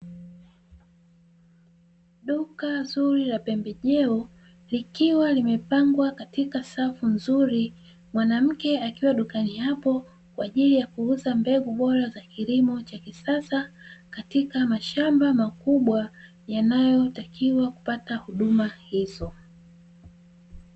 Duka zuri la pembejeo likiwa limepangwa katika safu nzuri, mwanamke akiwa dukani hapo kwa ajili ya kuuza mbegu bora ya kilimo cha kisasa katika mashamba makubwa yanayotakiwa kupata huduma hizo.